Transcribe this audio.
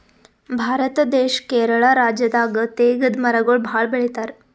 ಭಾರತ ದೇಶ್ ಕೇರಳ ರಾಜ್ಯದಾಗ್ ತೇಗದ್ ಮರಗೊಳ್ ಭಾಳ್ ಬೆಳಿತಾರ್